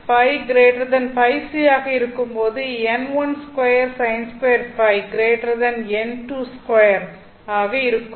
ØØc ஆக இருக்கும்போது n12 Sin 2 Ø n2 2 ஆக இருக்கும்